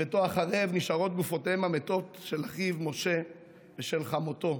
"בביתו החרב נשארות גופותיהם המתות של אחיו משה ושל חמותו,